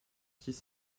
six